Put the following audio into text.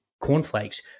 cornflakes